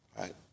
right